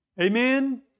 Amen